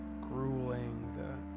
grueling